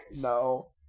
no